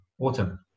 autumn